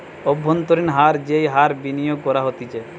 অব্ভন্তরীন হার যেই হার বিনিয়োগ করা হতিছে